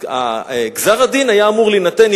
וגזר-הדין היה אמור להינתן,